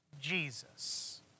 Jesus